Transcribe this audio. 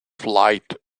flight